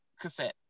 cassette